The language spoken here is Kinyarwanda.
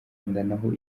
naho